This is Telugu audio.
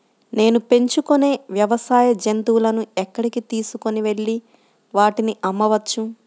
నేను పెంచుకొనే వ్యవసాయ జంతువులను ఎక్కడికి తీసుకొనివెళ్ళి వాటిని అమ్మవచ్చు?